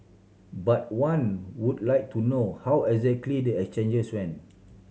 but one would like to know how exactly the exchanges went